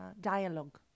dialogue